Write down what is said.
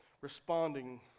responding